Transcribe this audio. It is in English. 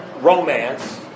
romance